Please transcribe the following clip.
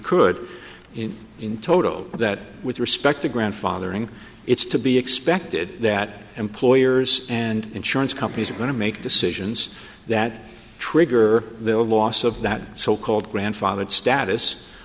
could in total that with respect to grandfathering it's to be expected that employers and insurance companies are going to make decisions that trigger the loss of that so called grandfathered status